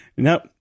Nope